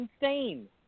insane